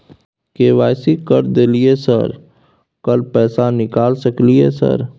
KYC कर दलियै sir कल पैसा निकाल सकलियै सर?